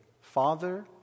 Father